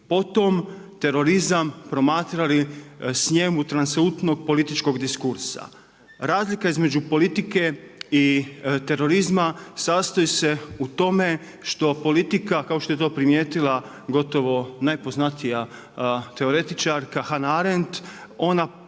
potom terorizam promatrali s njemu…/Govornik se ne razumije./… političkog diskursa. Razlika između politike i terorizma sastoji se u tome što politika kao što je to primijetila gotovo najpoznatija teoretičarka Hannah Arendt, ona počiva